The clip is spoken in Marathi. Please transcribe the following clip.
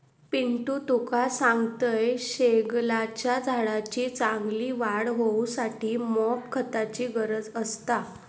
पिंटू तुका सांगतंय, शेगलाच्या झाडाची चांगली वाढ होऊसाठी मॉप खताची गरज असता